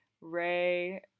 Ray